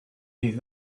you